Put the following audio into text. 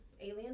alien